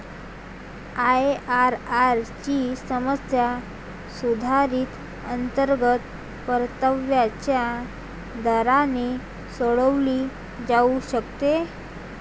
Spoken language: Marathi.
आय.आर.आर ची समस्या सुधारित अंतर्गत परताव्याच्या दराने सोडवली जाऊ शकते